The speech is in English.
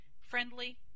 friendly